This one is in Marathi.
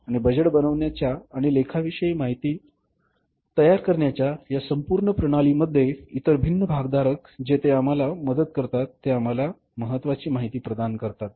आणि बजेट बनवण्याच्या आणि लेखाविषयक माहिती तयार करण्याच्या या संपूर्ण प्रणालीमध्ये इतर भिन्न भागधारक जे ते आम्हाला मदत करतात ते आम्हाला महत्वाची माहिती प्रदान करतात